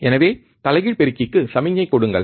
எனவே தலைகீழ் பெருக்கிக்கு சமிக்ஞை கொடுங்கள்